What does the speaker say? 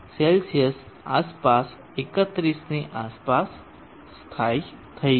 80C આસપાસ 31 ની આસપાસ સ્થાયી થઈ છે